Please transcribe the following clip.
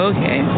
Okay